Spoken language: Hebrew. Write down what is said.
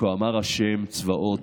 "כה אמר ה' צבאות,